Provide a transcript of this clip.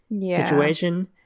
situation